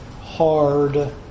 hard